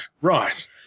Right